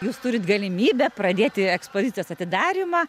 jūs turit galimybę pradėti ekspozicijos atidarymą